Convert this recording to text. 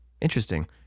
interesting